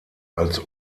als